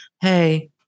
Hey